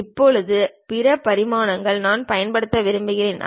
இப்போது பிற பரிமாணங்களை நான் பயன்படுத்த விரும்புகிறேன்